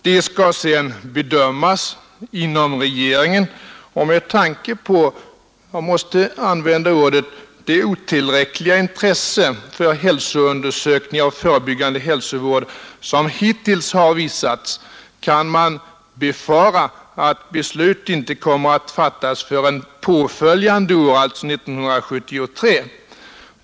Detta skall sedan bedömas inom regeringen, och med tanke på — jag måste använda ordet — det otillräckliga intresse för hälsoundersökningar och förebyggande hälsovård som hittills visats kan man befara att beslut inte kommer att fattas förrän påföljande år, alltså 1973.